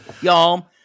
y'all